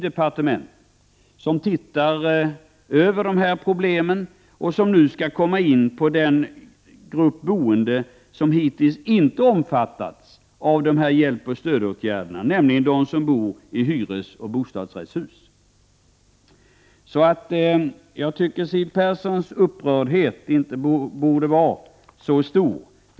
Denna arbetsgrupp har att se över dessa problem, och nu skall man komma in på den kategori boende som hittills inte omfattats av dessa hjälpoch stödåtgärder. Det gäller då dem som bor i hyresoch bostadsrättshus. Jag tycker att Siw Perssons upprördhet inte borde vara så stor.